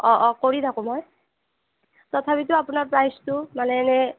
অ অ কৰি থাকোঁ মই তথাপিতো আপোনাৰ প্ৰাইছটো মানে এনে